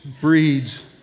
breeds